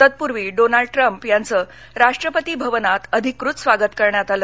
तत्पूर्वी डोनाल्डट्रम्प यांचं राष्ट्रपती भवनात अधिकृत स्वागत करण्यात आलं